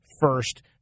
first